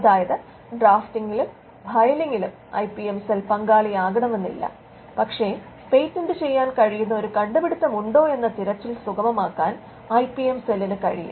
അതായത് ഡ്രാഫ്റ്റിംഗിലും ഫയലിംഗിലും ഐ പി എം സെൽ പങ്കാളിയാകണമെന്നില്ല പക്ഷേ പേറ്റന്റുചെയ്യാൻ കഴിയുന്ന ഒരു കണ്ടുപിടുത്തമുണ്ടോയെന്ന തിരച്ചിൽ സുഗമമാക്കാൻ ഐ പി എം സെല്ലിന് കഴിയും